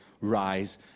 rise